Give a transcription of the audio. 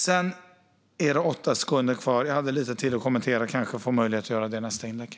Min talartid är slut, så jag får återkomma i med fler kommentarer i nästa inlägg.